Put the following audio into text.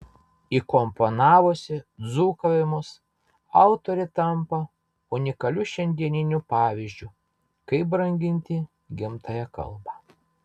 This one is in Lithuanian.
įkomponavusi dzūkavimus autorė tampa unikaliu šiandieniniu pavyzdžiu kaip branginti gimtąją kalbą